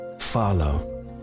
Follow